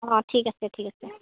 অঁ ঠিক আছে ঠিক আছে